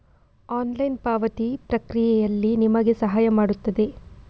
online ಪಾವತಿ ಪ್ರಕ್ರಿಯೆಯಲ್ಲಿ ನಿಮಗೆ ಸಹಾಯ ಮಾಡುತ್ತದೆ